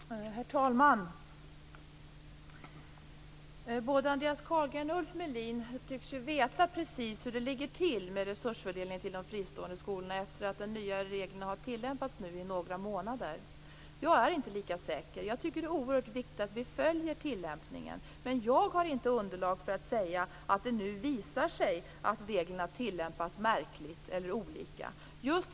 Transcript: Herr talman! Både Andreas Carlgren och Ulf Melin tycks veta precis hur det ligger till med resursfördelningen till de fristående skolorna efter det att de nya reglerna har tillämpats i några månader. Jag är inte lika säker. Jag tycker att det är oerhört viktigt att vi följer tillämpningen, men jag har inte underlag för att säga att reglerna tillämpas på ett märkligt sätt eller på olika sätt.